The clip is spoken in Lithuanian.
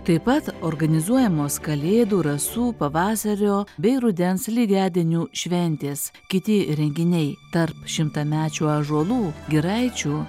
taip pat organizuojamos kalėdų rasų pavasario bei rudens lygiadienių šventės kiti renginiai tarp šimtamečių ąžuolų giraičių